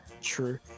True